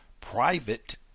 Private